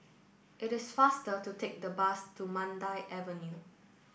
it is faster to take the bus to Mandai Avenue